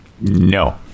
No